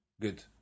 Good